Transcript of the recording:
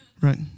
Right